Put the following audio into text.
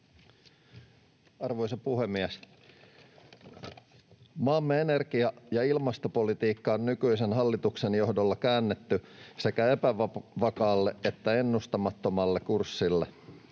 Arvoisa puhemies! Maamme energia‑ ja ilmastopolitiikka on nykyisen hallituksen johdolla käännetty sekä epävakaalle että ennustamattomalle kurssille.